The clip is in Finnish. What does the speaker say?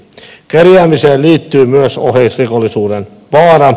kerjäämiseen liittyy myös oheisrikollisuuden vaara